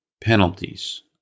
penalties